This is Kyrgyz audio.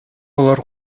алар